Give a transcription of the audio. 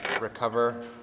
recover